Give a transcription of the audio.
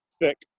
thick